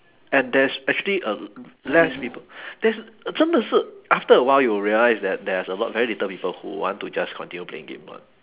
and there's actually a less people there's 真的是 after a while you will realise that there's a lot very little people who want to just continue playing game [one]